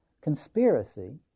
conspiracy